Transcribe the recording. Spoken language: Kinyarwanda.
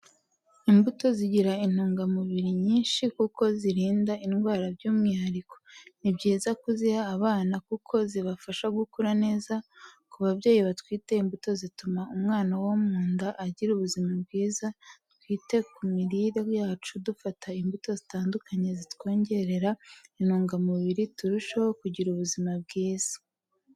Imbuto zigira intungamuburi nyishi kuko zirinda indwara byumwihariko, ni byiza kuziha abana kuko zibafasha gukura neza, ku babyeyi batwite imbuto zituma umwana wo mu nda agira ubuzima bwiza, twite ku mirire yacu dufata imbuto zitandukanye zitwongerera intungamubiri turusheho kugira ubuzima bwiza.